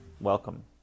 Welcome